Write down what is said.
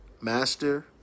Master